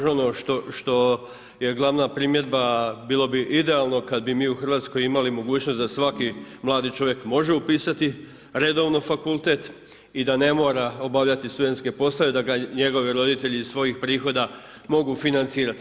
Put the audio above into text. Još ono što je glavna primjedba, bilo bi idealno kada bi mi u Hrvatskoj imali mogućnost da svaki mladi čovjek može upisati redovno fakultet i da ne mora obavljati studentske poslove, da ga njegovi roditelji iz svojih prihoda mogu financirati.